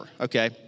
okay